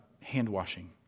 hand-washing